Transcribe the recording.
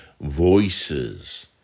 voices